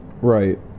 Right